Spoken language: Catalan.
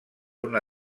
una